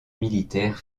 militaire